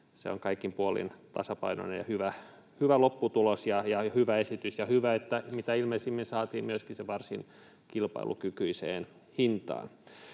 Se on kaikin puolin tasapainoinen ja hyvä lopputulos ja hyvä esitys, ja on hyvä, että mitä ilmeisimmin saatiin se myöskin varsin kilpailukykyiseen hintaan.